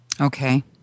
Okay